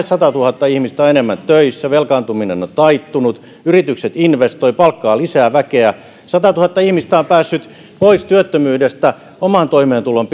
satatuhatta ihmistä enemmän on töissä velkaantuminen on on taittunut yritykset investoivat ja palkkaavat lisää väkeä satatuhatta ihmistä on päässyt pois työttömyydestä oman toimeentulon